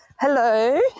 Hello